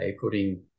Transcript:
putting